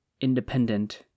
independent